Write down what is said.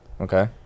Okay